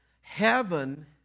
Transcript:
Heaven